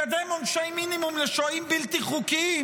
לקדם עונשי מינימום לשוהים בלתי חוקיים,